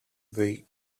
they